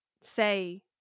say